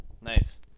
Nice